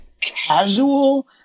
casual